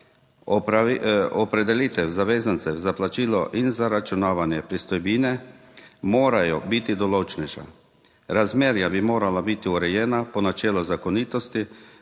opredelitev zavezancev za plačilo in zaračunavanje pristojbine morajo biti določnejša. Razmerja bi morala biti urejena po načelu zakonitosti,